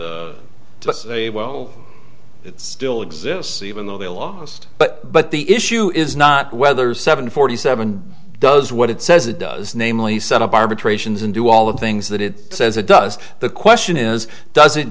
say well it still exists even though they'll almost but but the issue is not whether seven forty seven does what it says it does namely set up arbitrations and do all the things that it says it does the question is does it